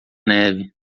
neve